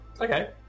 Okay